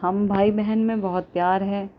ہم بھائی بہن میں بہت پیار ہے